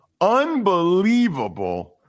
Unbelievable